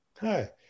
Hi